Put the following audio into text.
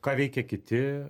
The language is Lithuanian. ką veikia kiti